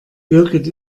birgit